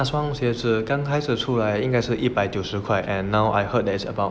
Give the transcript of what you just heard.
那双鞋子刚开始出来应该是一百九十块 and now I heard that is about